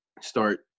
start